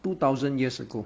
two thousand years ago